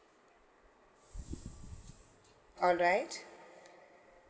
all right